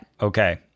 Okay